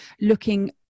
looking